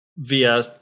via